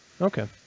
Okay